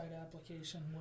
application